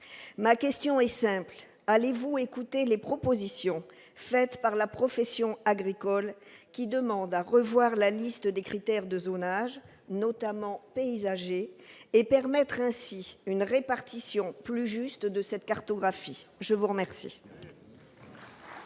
ma question est simple : allez-vous écouter les propositions formulées par la profession agricole, qui demande à revoir la liste des critères de zonage, notamment paysagers, et permettre ainsi une répartition plus juste de cette cartographie ? La parole